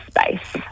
space